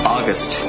August